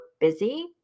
busy